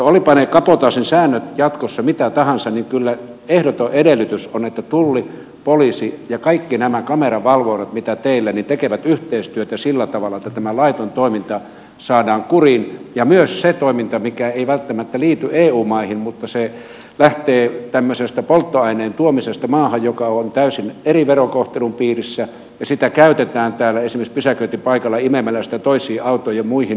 olivatpa ne kabotaasin säännöt jatkossa mitä tahansa niin kyllä ehdoton edellytys on että tulli poliisi ja kaikki nämä kameravalvonnat mitä teillä on tekevät yhteistyötä sillä tavalla että tämä laiton toiminta saadaan kuriin ja myös se toiminta mikä ei välttämättä liity eu maihin mutta lähtee tämmöisestä polttoaineen tuomisesta maahan joka on täysin eri verokohtelun piirissä ja sitä käytetään täällä esimerkiksi pysäköintipaikalla imemällä sitä toisiin autoihin ja muihin